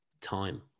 time